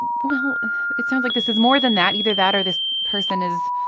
well it sounds like this is more than that. either that or this person is